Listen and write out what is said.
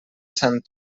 sant